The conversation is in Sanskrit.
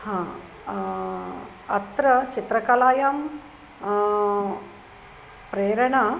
हां अत्र चित्रकलायां प्रेरणा